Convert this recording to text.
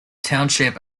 township